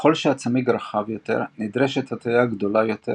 ככל שהצמיג רחב יותר נדרשת הטיה גדולה יותר